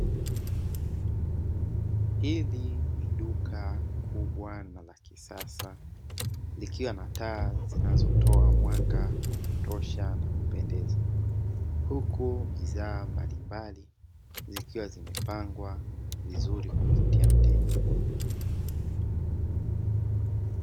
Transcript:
Hili ni duka kubwa na lakisasa, likiwa na taa zinazotoa mwanga wa kutosha na kupendeza, huku bidhaa mbalimbali zikiwa zimepangwa vizuri kumvutia mteja.